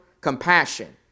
compassion